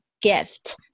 gift